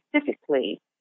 specifically